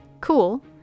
Cool